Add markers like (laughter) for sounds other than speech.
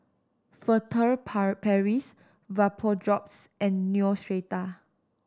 Furtere (unintelligible) Paris Vapodrops and Neostrata